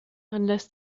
unless